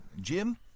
Jim